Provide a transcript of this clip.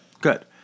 good